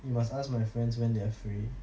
you must ask my friends when they are free